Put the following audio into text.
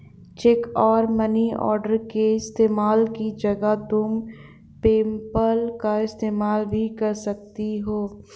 check और money order के इस्तेमाल की जगह तुम पेपैल का इस्तेमाल भी कर सकती हो